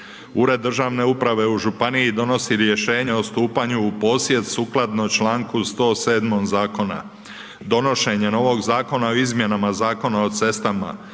ured državne uprave u županiji donosi rješenje o stupanju u posjed sukladno članku 107. Zakona. Donošenjem ovog Zakona o izmjenama Zakona o cestama